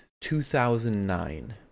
2009